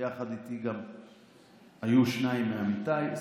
ויחד איתי היו גם שניים מעמיתיי,